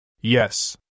Yes